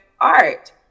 art